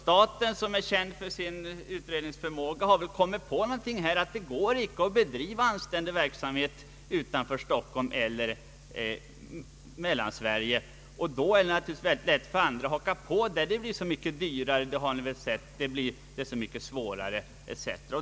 Staten, som är känd för sin utredningsförmåga, har väl säger man sig, kommit på att det inte går att bedriva anständig verksamhet utanför Stockholm eller Mellansverige. Då är det mycket lätt för andra att haka på och säga: Det är så mycket dyrare och svårare, bäst att inte flytta.